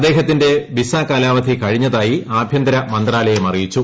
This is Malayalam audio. അദ്ദേഹത്തിന്റെ വിസ കാലാവധി കഴിഞ്ഞതായി ആഭ്യന്തര മന്ത്രാലയം അറിയിച്ചു